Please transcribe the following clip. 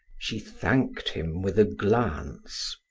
she thanked him with a glance.